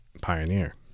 pioneer